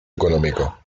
económico